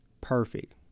perfect